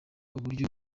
uburyo